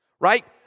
Right